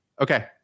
Okay